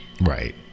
right